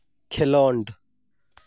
ᱠᱷᱮᱞᱚᱸᱰ